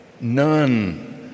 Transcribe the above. None